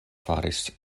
faris